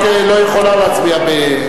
אדוני היושב-ראש, אני נגד.